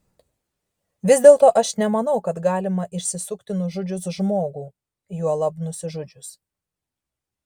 vis dėlto aš nemanau kad galima išsisukti nužudžius žmogų juolab nusižudžius